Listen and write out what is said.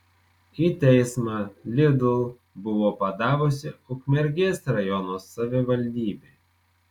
į teismą lidl buvo padavusi ukmergės rajono savivaldybė